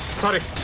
sweating?